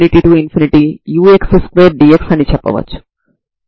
ఇది సరిహద్దు నియమం మరియు ప్రారంభ సమాచారం కలిగిన తరంగ సమీకరణానికి పరిష్కారం అవుతుంది